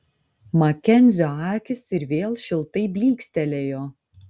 makenzio akys ir vėl šiltai blykstelėjo